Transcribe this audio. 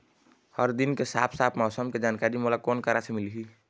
हर दिन के साफ साफ मौसम के जानकारी मोला कोन करा से मिलही?